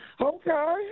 Okay